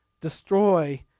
destroy